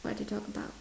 what to talk about